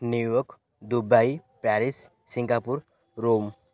New York Dubai Paris Singapore Rome